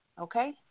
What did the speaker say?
Okay